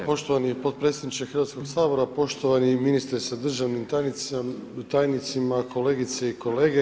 Hvala poštovani potpredsjedniče Hrvatskog sabora, poštovani ministre sa državnim tajnicima, kolegice i kolege.